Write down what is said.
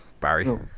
Barry